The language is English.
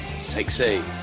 Sexy